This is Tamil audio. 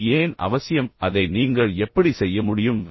இது ஏன் அவசியம் அதை நீங்கள் எப்படி செய்ய முடியும்